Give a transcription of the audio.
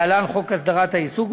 להלן: חוק הסדרת העיסוק,